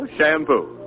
Shampoo